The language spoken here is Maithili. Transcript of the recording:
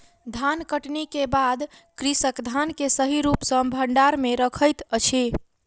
धानकटनी के बाद कृषक धान के सही रूप सॅ भंडार में रखैत अछि